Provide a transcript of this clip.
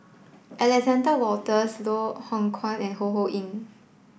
Alexander Wolters Loh Hoong Kwan and Ho Ho Ying